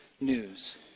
news